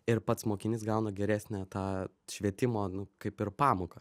ir pats mokinys gauna geresnę tą švietimo nu kaip ir pamoką